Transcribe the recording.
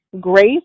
grace